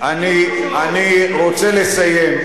אני רוצה לסיים.